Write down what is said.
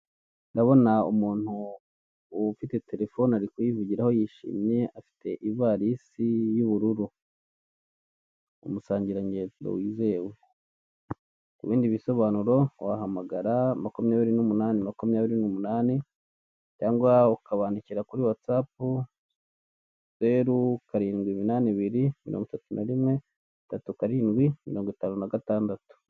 Ndabona umuntu ufite telefoni ari kuyivugiraho yishimye, afite ivarisi y'ubururu, umusangirangendo wizewe. Ku bindi bisobanuro wahamagara makumyabiri n'umunani, makumyabiri n'umunani cyangwa ukabandikira kuri watsapu, zeru karindwi iminani ibiri, mirongo itatu na rimwe, tatu karindwi, mirongo itanu na gatandatu.